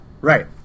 Right